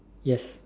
yes